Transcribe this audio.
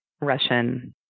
Russian